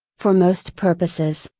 for most purposes,